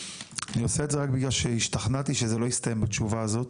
אני עושה את זה רק בגלל שהשתכנעתי שזה לא יסתיים בתשובה הזאת.